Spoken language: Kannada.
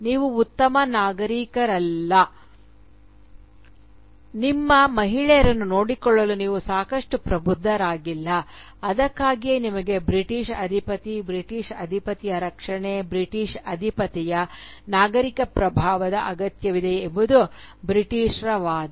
ನೀವು ಉತ್ತಮ ನಾಗರಿಕರಾಗಿಲ್ಲ ನಿಮ್ಮ ಮಹಿಳೆಯರನ್ನು ನೋಡಿಕೊಳ್ಳಲು ನೀವು ಸಾಕಷ್ಟು ಪ್ರಬುದ್ಧರಾಗಿಲ್ಲ ಅದಕ್ಕಾಗಿಯೇ ನಿಮಗೆ ಬ್ರಿಟಿಷ್ ಅಧಿಪತಿ ಬ್ರಿಟಿಷ್ ಅಧಿಪತಿಯ ರಕ್ಷಣೆ ಬ್ರಿಟಿಷ್ ಅಧಿಪತಿಯ ನಾಗರಿಕ ಪ್ರಭಾವದ ಅಗತ್ಯವಿದೆ ಎಂಬುದು ಬ್ರಿಟಿಷ್ ರ ವಾದ